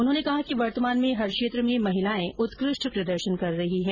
उन्होंने कहा कि वर्तमान में हर क्षेत्र में महिलाएं उत्कृष्ट प्रदर्शन कर रही है